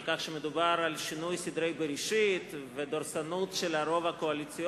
על כך שמדובר על שינוי סדרי בראשית ודורסנות של הרוב הקואליציוני,